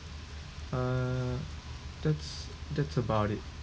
ah that's that's about it